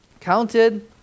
counted